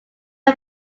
are